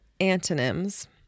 antonyms